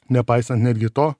nepaisant netgi to